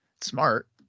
Smart